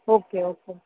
okay okay